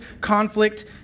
conflict